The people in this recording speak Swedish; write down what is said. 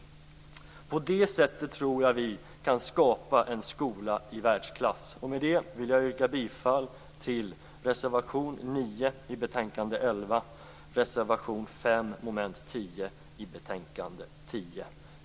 Jag tror att vi på detta sätt kan skapa en skola i världsklass. Med detta vill jag yrka bifall till reservation 9 vid betänkande 11 och till reservation 5 under mom. 10 i betänkande 10.